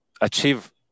achieve